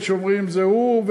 שאומרים: זה הוא,